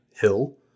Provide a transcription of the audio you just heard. hill